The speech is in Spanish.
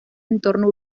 entorno